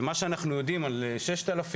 מה שאנחנו יודעים זה על 6,000,